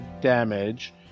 damage